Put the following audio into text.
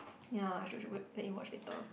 ya I should should wait let you watch later